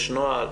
יש נוהל?